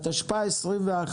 התשפ"א-2021,